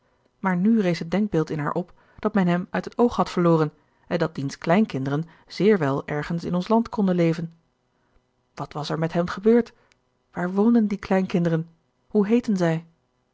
maar nu rees het denkbeeld in haar op dat men hem uit het oog had verloren en dat diens kleinkinderen zeer wel ergens in ons land konden leven wat was er met hen gebeurd waar woonden die kleinkinderen hoe heetten zij